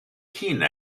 keene